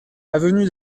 avenue